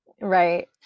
right